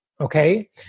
okay